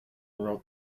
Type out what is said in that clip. wrote